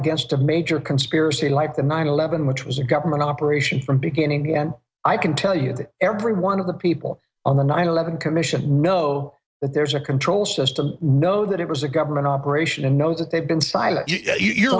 against a major conspiracy like the nine eleven which was a government operation from beginning i can tell you that every one of the people on the nine eleven commission know there's a control system know that it was a government operation and know that they've been